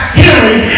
hearing